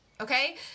okay